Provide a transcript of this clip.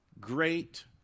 great